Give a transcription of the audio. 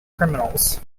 criminals